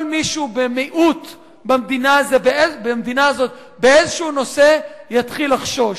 כל מי שהוא במיעוט במדינה הזאת באיזה נושא יתחיל לחשוש.